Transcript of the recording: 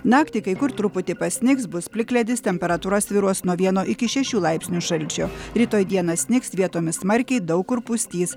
naktį kai kur truputį pasnigs bus plikledis temperatūra svyruos nuo vieno iki šešių laipsnių šalčio rytoj dieną snigs vietomis smarkiai daug kur pustys